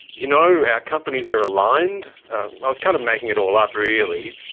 you know our companies are aligned' i was kind of making it all up, really.